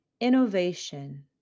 innovation